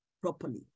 properly